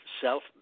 self